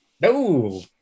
No